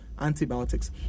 Antibiotics